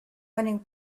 running